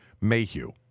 Mayhew